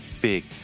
big